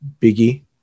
Biggie